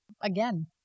again